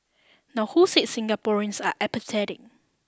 now who said Singaporeans are apathetic